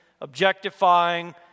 objectifying